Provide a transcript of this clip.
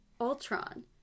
Ultron